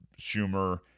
Schumer